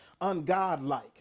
ungodlike